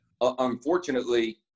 unfortunately